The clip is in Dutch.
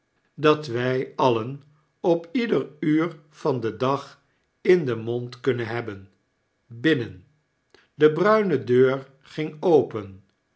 dat wij alien op ieder uur van den dag in den mond kunnen hebben binnen de bruine deur ging open